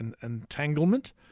entanglement